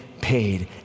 paid